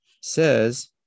says